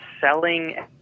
selling